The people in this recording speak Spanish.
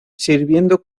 sirviendo